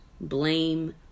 blame